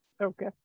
Okay